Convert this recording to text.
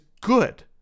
good